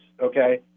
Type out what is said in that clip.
okay